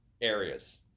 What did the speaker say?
areas